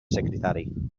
secretari